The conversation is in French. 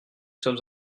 sommes